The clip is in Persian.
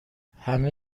همه